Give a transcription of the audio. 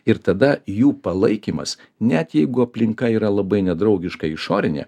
ir tada jų palaikymas net jeigu aplinka yra labai nedraugiška išorinė